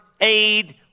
aid